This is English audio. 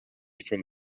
from